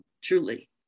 truly